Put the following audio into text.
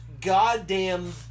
goddamn